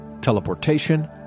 teleportation